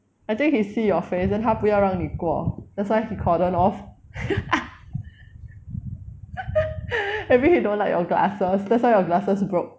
I think he see your face then 他不要让你过 that's why he cordon off maybe he don't like your glasses that's why your glasses broke